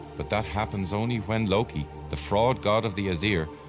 but that happens only when loki, the fraud god of the asir,